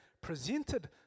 presented